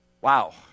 Wow